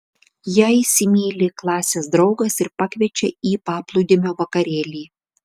ją įsimyli klasės draugas ir pakviečia į paplūdimio vakarėlį